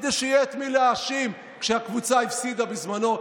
כדי שיהיה את מי להאשים כשהקבוצה הפסידה, בזמנו.